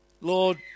Lord